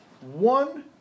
one